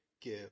give